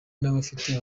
n’abafite